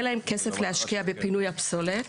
אין להן כסף להשקיע בפינוי הפסולת,